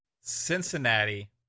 Cincinnati